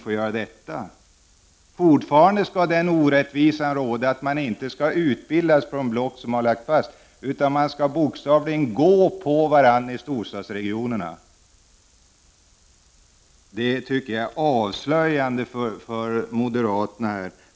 Fortfarande skall den orättvisan råda att läkarna inte skall utbildas inom de block som har lagts fast, utan de skall bokstavligen gå på varandra i storstadsregionerna. Det tycker jag är avslöjande för moderaterna.